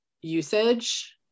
usage